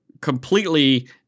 completely